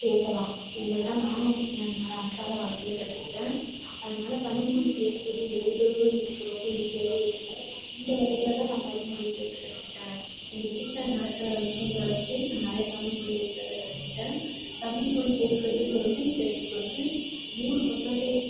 பேசலாம் இதுமாரி தான் நானும் என்னோட அன்றாட வாழ்க்கையில் கற்றுக்கிட்டேன் அதனால் தமிழ் மொழி பேசுவதும் எழுதுவதும் எனக்கு ரொம்ப ஈஸியாகவே இருக்கும் இந்த வழியில் தான் நான் தமிழ் மொழி பேச கற்றுக்கிட்டேன் எங்கள் வீட்டில் நடக்கிற விஷயங்கள வச்சு நான் நிறைய தமிழ் மொழி பேசுறதை கற்றுக்கிட்டேன் தமிழ் மொழி பேசுவதுங்கிறது இப்போ எனக்கு வந்து நூறு பர்சன்டேஜ்